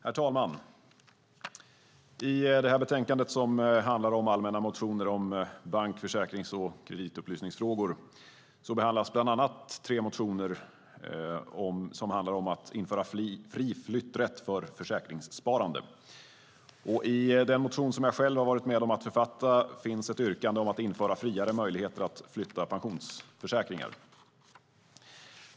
Herr talman! I detta betänkande, som behandlar allmänna motioner om bank-, försäkrings och kreditupplysningsfrågor, behandlas bland annat tre motioner som handlar om att införa fri flytträtt för försäkringssparande. I den motion jag själv har varit med om att författa finns ett yrkande om att införa friare möjligheter att flytta pensionsförsäkringar.